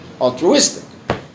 altruistic